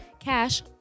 Cash